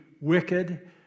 wicked